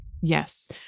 Yes